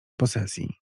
posesji